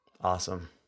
awesome